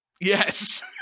Yes